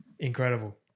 Incredible